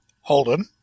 holden